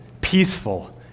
peaceful